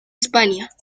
españa